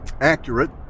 accurate